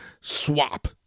swap